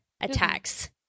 attacks